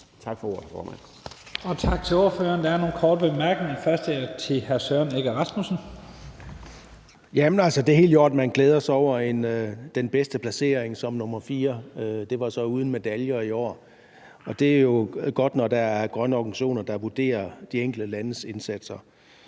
(Leif Lahn Jensen): Tak til ordføreren. Der er nogle korte bemærkninger. Først er det hr. Søren Egge Rasmussen. Kl. 12:13 Søren Egge Rasmussen (EL): Det er helt i orden, at man glæder sig over den bedste placering som nr. 4 – det var så uden medaljer i år. Og det er jo godt, når der er grønne organisationer, der vurderer de enkelte landes indsatser.